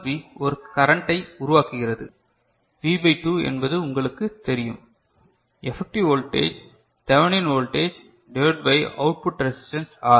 B ஒரு கரண்டை உருவாக்குகிறது வி பை 2 என்பது உங்களுக்குத் தெரியும் effective voltage Thevenin voltage divided by output resistance R